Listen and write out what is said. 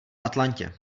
atlantě